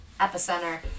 epicenter